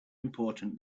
important